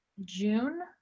June